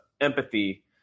empathy